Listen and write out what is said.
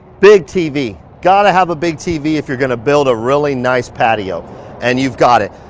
big tv, got to have a big tv if you're gonna build a really nice patio and you've got it.